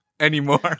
Anymore